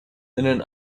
innen